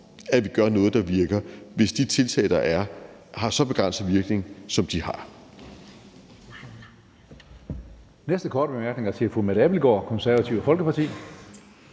om vi gør noget, der virker, hvis de tiltag, der er, har så begrænset en virkning, som de har.